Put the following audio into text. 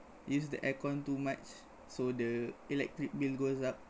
use the air con too much so the electric bill goes up